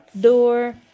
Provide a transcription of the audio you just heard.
door